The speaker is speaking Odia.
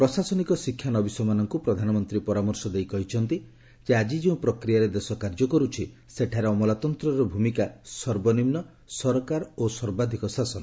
ପ୍ରଶାସନିକ ଶିକ୍ଷାନବୀଶମାନଙ୍କୁ ପ୍ରଧାନମନ୍ତ୍ରୀ ପରାମର୍ଶ ଦେଇ କହିଛନ୍ତି ଯେ ଆଜି ଯେଉଁ ପ୍ରକ୍ରିୟାରେ ଦେଶ କାର୍ଯ୍ୟ କରୁଛି ସେଠାରେ ଅମଲାତନ୍ତ୍ରର ଭୂମିକା ସର୍ବନିମ୍ବ ସରକାର ଓ ସର୍ବାଧିକ ଶାସନ